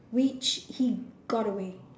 which he got away